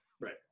Right